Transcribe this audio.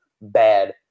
bad